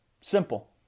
Simple